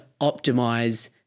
optimize